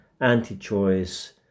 anti-choice